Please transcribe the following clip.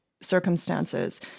circumstances